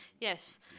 Yes